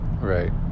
Right